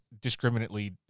discriminately